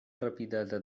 rapidesa